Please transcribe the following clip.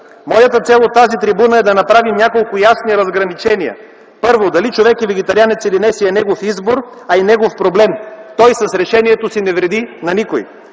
Моята цел от тази трибуна е да направим няколко ясни разграничения. Първо, дали човек е вегетарианец или не, си е негов избор, а и негов проблем. Той с решението си не вреди на никой.